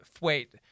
wait